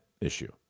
issue